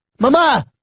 mama